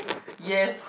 yes